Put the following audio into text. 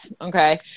okay